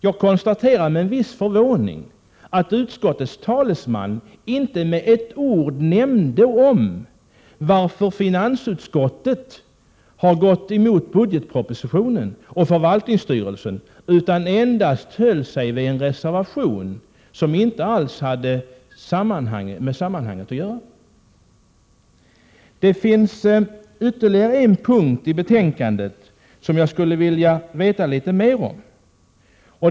Jag konstaterar med viss förvåning att utskottets talesman inte med ett ord nämnde varför finansutskottet har gått emot budgetpropositionen och förvaltningsstyrelsen och bara höll sig till en reservation som inte alls hade med sammanhanget att göra. Det finns ytterligare en punkt i betänkandet som jag skulle vilja veta litet mer om.